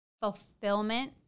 fulfillment